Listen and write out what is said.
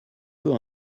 peu